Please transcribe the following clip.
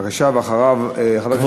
ואחריו, חבר הכנסת אחמד טיבי.